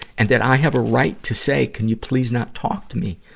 and that i have a right to say, can you please not talk to me